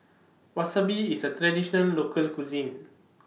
Wasabi IS A Traditional Local Cuisine